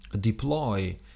deploy